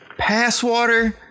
Passwater